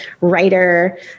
writer